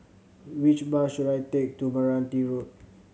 which bus should I take to Meranti Road